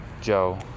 Joe